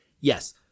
Yes